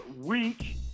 week